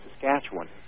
Saskatchewan